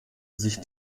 sich